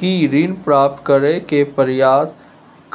की ऋण प्राप्त करय के प्रयास